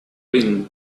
wind